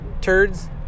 turds